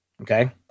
Okay